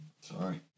sorry